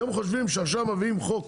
אתם חושבים שעכשיו מביאים חוק